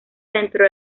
dentro